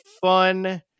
fun